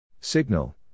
Signal